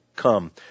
Come